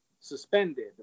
suspended